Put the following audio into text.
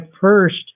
first